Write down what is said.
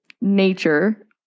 Nature